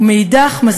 ומאידך גיסא,